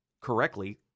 correctly